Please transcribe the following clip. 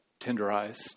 tenderized